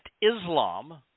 Islam